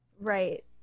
Right